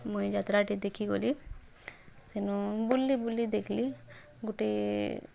ମୁଇଁ ଯାତ୍ରା ଟେ ଦେଖି ଗଲି ସେନୁ ବୁଲି ବୁଲି ଦେଖଲି ଗୁଟେ